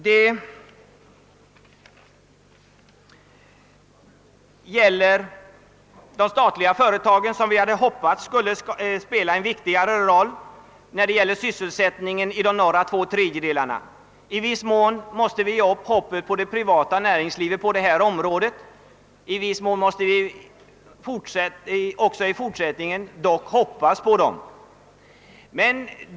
Vi hade hoppats att de statliga företagen skulle spela en större roll för sysselsättningen i de norra två tredjedelarna av landet. I viss mån måste vi ge upp hoppet om det privata näringslivet på det här området, men delvis måste vi också i fortsättningen lita till det privata näringslivet.